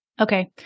Okay